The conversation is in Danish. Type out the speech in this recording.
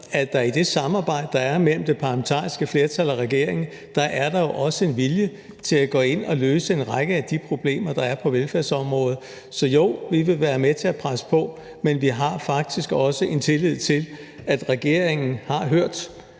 at der i det samarbejde, der er mellem det parlamentariske flertal og regeringen, også er en vilje til at gå ind at løse en række af de problemer, der er på velfærdsområdet. Så jo, vi vil være med til at presse på. Men vi har faktisk også en tillid til, at regeringen har hørt